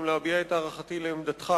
גם להביע את הערכתי לעמדתך,